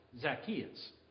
Zacchaeus